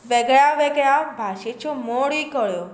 वेगळ्यावेगळ्या भाशेच्यो मोडी कळ्ळ्यो